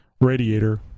radiator